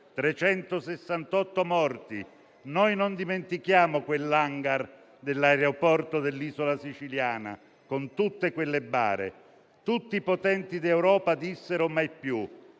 368 morti. Noi non dimentichiamo l'*hangar* dell'aeroporto dell'isola siciliana, con tutte quelle bare. Tutti i potenti d'Europa dissero: mai più!